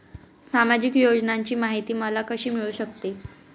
सामाजिक योजनांची माहिती मला कशी मिळू शकते?